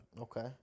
Okay